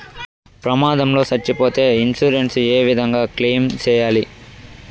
ప్రమాదం లో సచ్చిపోతే ఇన్సూరెన్సు ఏ విధంగా క్లెయిమ్ సేయాలి?